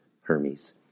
Hermes